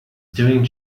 doing